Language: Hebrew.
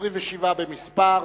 27 במספר.